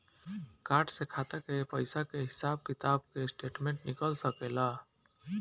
Card से खाता के पइसा के हिसाब किताब के स्टेटमेंट निकल सकेलऽ?